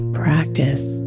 practice